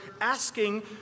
asking